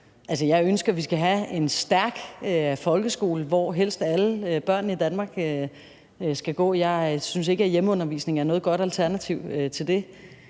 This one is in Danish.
jeg ønsker, vi skal have en stærk folkeskole, hvor helst alle børn i Danmark skal gå. Jeg synes ikke, at hjemmeundervisning er noget godt alternativ til det.